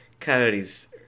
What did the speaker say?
Coyotes